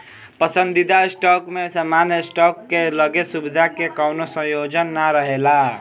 पसंदीदा स्टॉक में सामान्य स्टॉक के लगे सुविधा के कवनो संयोजन ना रहेला